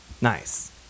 nice